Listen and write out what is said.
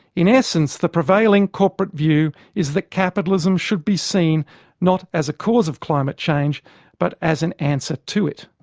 in essence, the prevailing corporate view is that capitalism should be seen not as a cause of climate change but as an answer to it.